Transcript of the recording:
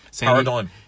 Paradigm